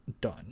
done